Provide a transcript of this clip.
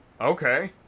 okay